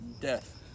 death